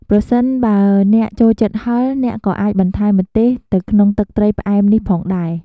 ប្រសិនបើអ្នកចូលចិត្តហឹរ អ្នកក៏អាចបន្ថែមម្ទេសទៅក្នុងទឹកត្រីផ្អែមនេះផងដែរ ។